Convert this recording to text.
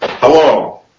Hello